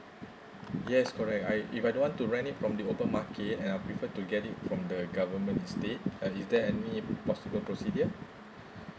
yes correct I if I don't want to rent it from the open market and I prefer to get it from the government instead uh is there any possible procedure